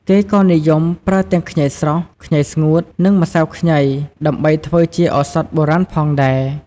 គេក៏និយមប្រើទាំងខ្ញីស្រស់ ខ្ញីស្ងួត និងម្សៅខ្ញីដើម្បីធ្វើជាឱសថបុរាណផងដែរ។